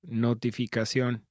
Notificación